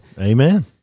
Amen